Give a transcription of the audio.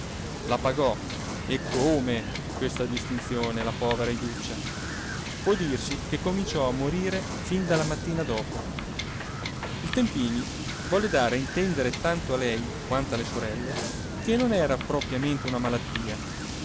la pagò e come questa distinzione la povera iduccia può dirsi che cominciò a morire fin dalla mattina dopo il tempini volle dare a intendere tanto a lei quanto alle sorelle che non era propriamente una malattia